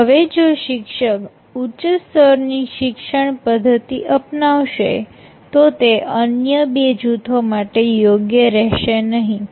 હવે જો શિક્ષક ઉચ્ચ સ્તરની શિક્ષણ પદ્ધતિ અપનાવશે તો તે અન્ય બે જૂથો માટે યોગ્ય રહેશે નહિ